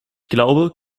glaube